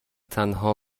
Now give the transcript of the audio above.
تنها